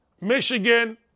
Michigan